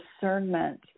discernment